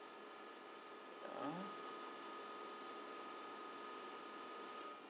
ah